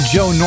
Joe